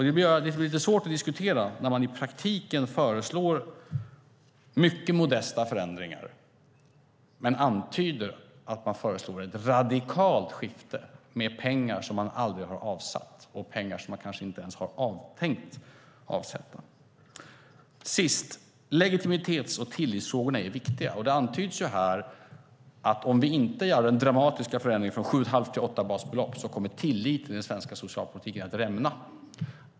Det blir lite svårt att diskutera när man i praktiken föreslår mycket modesta förändringar men antyder att man föreslår ett radikalt skifte med pengar som man aldrig har avsatt och pengar som man kanske inte ens har tänkt att avsätta. Legitimhets och tillitsfrågorna är viktiga. Det antyds här att om vi inte gör den dramatiska förändringen från sju och ett halvt till åtta basbelopp kommer tilliten till den svenska socialpolitiken att rämna.